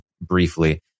briefly